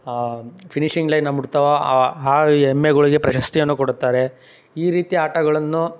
finishing ಲೈನ್ನ ಮುಟ್ತಾವೋ ಆ ಎಮ್ಮೆಗಳ್ಗೆ ಪ್ರಶಸ್ತಿಯನ್ನು ಕೊಡುತ್ತಾರೆ ಈ ರೀತಿ ಆಟಗಳನ್ನು